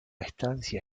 estancia